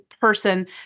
person